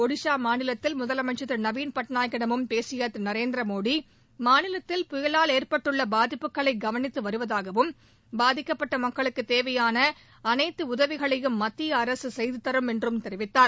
ஒடிஷா மாநில முதலமைச்சர் திரு நவின் பட்நாயக்கிடமும் பேசிய திரு மோடி மாநிலத்தில் புயலால் ஏற்பட்டுள்ள பாதிப்புகளை கவனித்து வருவதாகவும் பாதிக்கப்பட்ட மக்களுக்கு தேவையான அனைத்து உதவிகளையும் மத்திய அரசு செய்து தரும் என்றும் தெரிவித்தார்